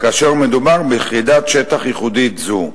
כאשר מדובר ביחידת שטח ייחודית זו.